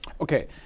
Okay